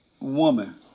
woman